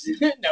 no